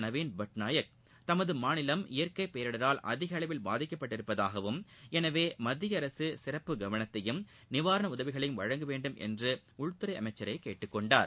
நவீன் பட்நாயக் தமது மாநிலம் இயற்கை பேரிடரால் அதிளவில் பாதிக்கப்பட்டுள்ளதாகவும் எனவே மத்திய அரசு சிறப்பு கவனத்தை நிவாரண உதவிகளை வழங்க வேண்டும் என்று உள்துறை அமைச்சரை கேட்டுக்கொண்டார்